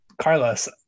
Carlos